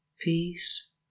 peace